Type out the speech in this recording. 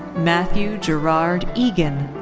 matthew gerard egan.